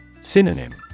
Synonym